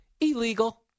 Illegal